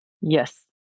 Yes